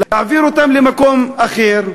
להעביר אותם למקום אחר,